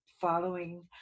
following